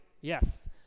yes